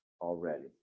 already